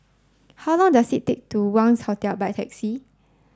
how long does it take to Wangz Hotel by taxi